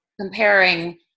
comparing